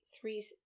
three